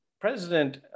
President